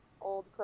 old